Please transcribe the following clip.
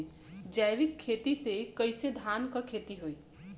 जैविक खेती से कईसे धान क खेती होई?